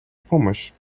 помощь